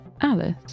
Alice